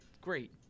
great